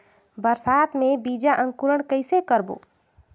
बरसात मे बीजा अंकुरण कइसे करबो?